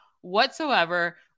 whatsoever